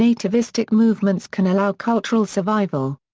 nativistic movements can allow cultural survival.